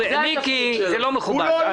מיקי, זה לא מכובד.